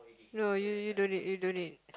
no you you don't need you don't need